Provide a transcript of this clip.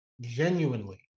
genuinely